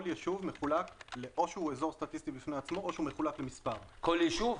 כל ישוב או שהוא אזור סטטיסטי בפני עצמו או שהוא מחולק למספר אזורים,